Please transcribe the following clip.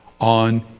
on